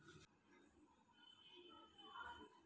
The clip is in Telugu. నా చెల్లింపు గడువు ముగిసినప్పుడు నాకు ఏదైనా నోటిఫికేషన్ వస్తుందా?